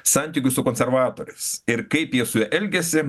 santykius su konservatoriais ir kaip jie su juo elgėsi